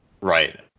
Right